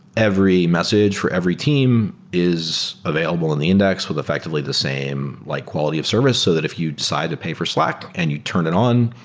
every message for every team is available in the index with effectively the same like quality of service so that if you decide to pay for slack and you turned it on,